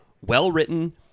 well-written